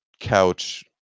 couch